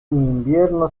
invierno